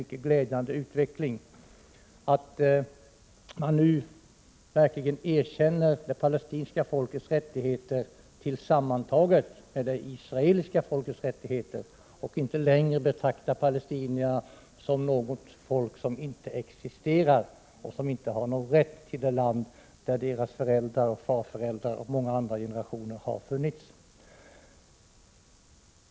Det är en glädjande utveckling att man nu — 2 juni 1987 verkligen erkänner det palestinska folkets rättigheter sammantagna med det israeliska folkets rättigheter och inte längre betraktar palestinierna som ett folk som inte existerar och inte har någon rätt till det land där deras föräldrar, farföräldrar och många andra generationer har bott.